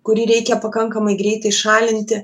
kurį reikia pakankamai greitai šalinti